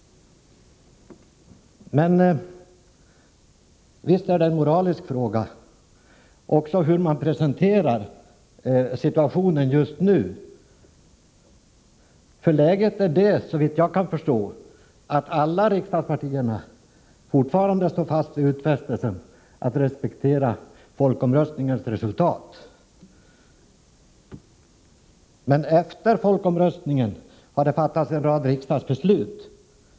Visst är det en moralisk fråga också hur man presenterar situationen just nu. Såvitt jag kan förstå är läget det att alla riksdagspartier fortfarande står fast vid utfästelsen att respektera folkomröstningens resultat. Men efter folkomröstningen har det fattats en rad riksdagsbeslut.